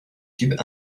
tubes